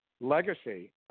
legacy